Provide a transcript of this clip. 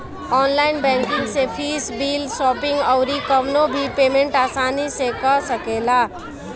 online banking से fees, bill, shopping अउरी कवनो भी पेमेंट आसानी से कअ सकेला